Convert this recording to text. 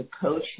coach